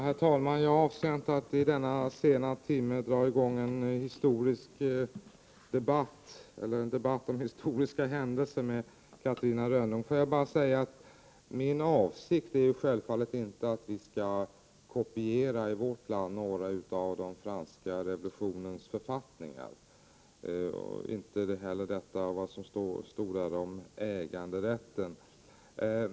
Herr talman! Jag avser inte att i denna sena timme dra i gång en debatt om historiska händelser med Catarina Rönnung. Min avsikt är självfallet inte att vi i vårt land skall kopiera några av de författningar som tillkom efter den franska revolutionen, inte heller vad som stod där om äganderätten.